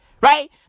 Right